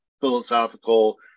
philosophical